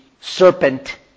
serpent